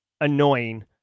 annoying